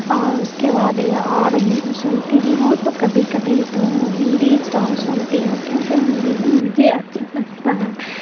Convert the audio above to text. اور اس کے بعد اے اور سنتی بھی ہوں تو کبھی کبھی تو ہندی سانگ سنتی ہوں کیونکہ ہندی ہی مجھے اچھا لگتا ہے